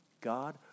God